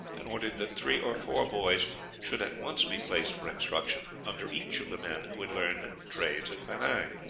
and ordered that three or four boys should at once be placed for instruction under each of the men who had learned trades at penang.